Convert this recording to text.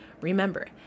Remember